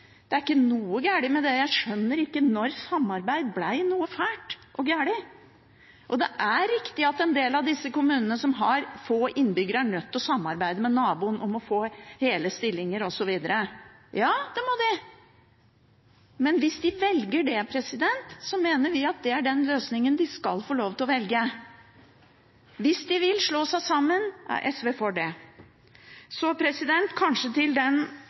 Det er ikke noe galt med det. Jeg skjønner ikke når samarbeid ble noe fælt og galt. Det er riktig at en del av disse kommunene som har få innbyggere, er nødt til å samarbeide med naboen om å få hele stillinger osv. Ja, det må de, men hvis de velger det, mener vi at det er den løsningen de skal få lov til å velge. Hvis de vil slå seg sammen, er SV for det. Så til